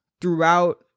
throughout